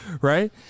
right